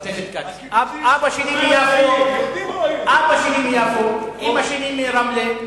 אבא שלי מיפו ואמא שלי מרמלה,